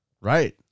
Right